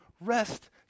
rest